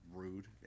rude